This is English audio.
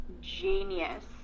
genius